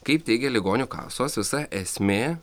kaip teigia ligonių kasos visa esmė